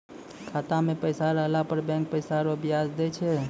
खाता मे पैसा रहला पर बैंक पैसा रो ब्याज दैय छै